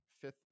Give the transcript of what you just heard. Fifth